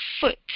foot